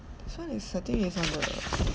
this one is I think is on the